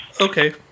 Okay